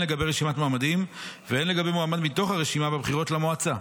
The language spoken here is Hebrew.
לגבי רשימת מועמדים והן לגבי מועמד מתוך הרשימה בבחירות למועצה.